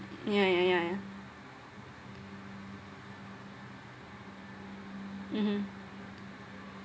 yeah yeah yeah yeah mmhmm